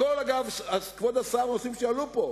הכול, אגב, כבוד השר, נושאים שעלו פה,